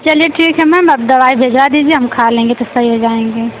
चलिए ठीक है मैम अब दवाई भिजवा दीजिये हम खा लेंगे तो सही हो जायेंगे